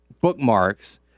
bookmarks